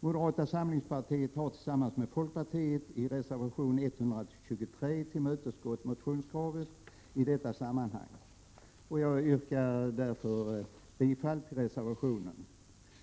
Moderata samlingspartiet har tillsammans med folkpartiet i reservation 123 tillmötesgått motionskraven i detta sammanhang. Jag yrkar därför bifall till reservationen.